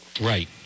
Right